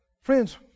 Friends